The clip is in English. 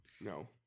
No